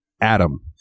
Adam